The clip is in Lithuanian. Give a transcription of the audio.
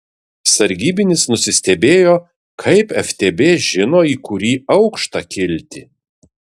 sargybinis nusistebėjo kaip ftb žino į kurį aukštą kilti